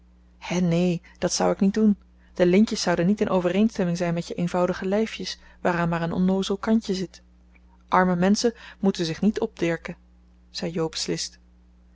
hé neen dat zou ik niet doen de lintjes zouden niet in overeenstemming zijn met je eenvoudige lijfjes waaraan maar een onnoozel kantje zit arme menschen moeten zich niet opdirken zei jo beslist